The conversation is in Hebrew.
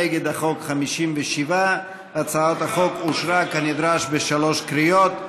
נגד החוק 57. הצעת החוק אושרה כנדרש בשלוש קריאות.